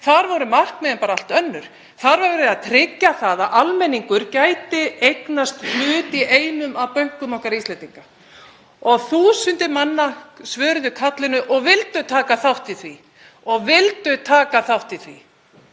þá voru markmiðin bara allt önnur. Þar var verið að tryggja það að almenningur gæti eignast hlut í einum af bönkum okkar Íslendinga og þúsundir manna svöruðu kallinu og vildu taka þátt í því. Þannig að við